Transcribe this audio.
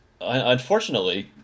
unfortunately